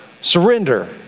surrender